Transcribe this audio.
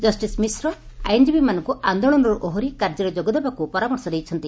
ଜଷିସ ମିଶ୍ର ଆଇନଜୀବୀମାନଙ୍କୁ ଆନ୍ଦୋଳନରୁ ଓହରି କାର୍ଯ୍ୟରେ ଯୋଗଦେବାକୁ ପରାମର୍ଶ ଦେଇଛନ୍ତି